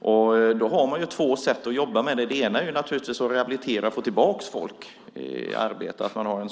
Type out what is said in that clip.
Man kan då jobba på två sätt. Det ena är att man har en aktiv politik för att rehabilitera och få tillbaka folk i arbete.